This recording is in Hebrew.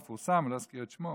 מפורסם, אני לא אזכיר את שמו.